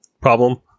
problem